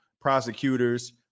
prosecutors